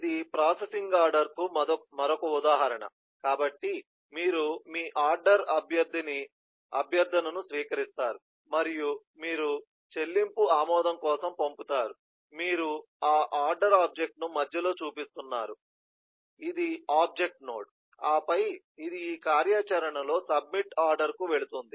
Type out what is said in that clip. ఇది ప్రాసెసింగ్ ఆర్డర్కు మరొక ఉదాహరణ కాబట్టి మీరు మీ ఆర్డర్ అభ్యర్థనను స్వీకరిస్తారు మరియు మీరు చెల్లింపు ఆమోదం కోసం పంపుతారు మీరు ఆ ఆర్డర్ ఆబ్జెక్ట్ను మధ్యలో చూపిస్తున్నారు ఇది ఆబ్జెక్ట్ నోడ్ ఆపై ఇది ఈ కార్యాచరణలో సబ్మిట్ ఆర్డర్కు వెళుతుంది